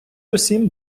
усім